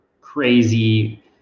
crazy